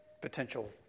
potential